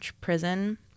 prison